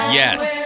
yes